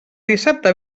dissabte